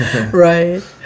Right